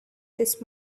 this